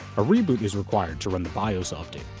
a reboot is required to run the bios update.